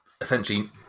essentially